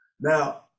Now